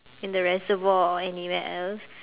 in the reservoir or anywhere else